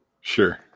Sure